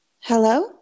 Hello